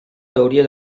teoria